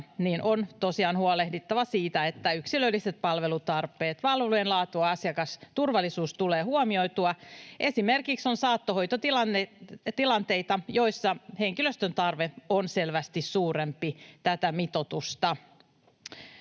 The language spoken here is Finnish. huolehdittava siitä, että yksilölliset palvelutarpeet, palvelujen laatu ja asiakasturvallisuus tulee huomioitua. Esimerkiksi on saattohoitotilanteita, joissa henkilöstön tarve on selvästi tätä mitoitusta